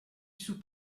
sous